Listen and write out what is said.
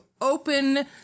open